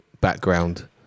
background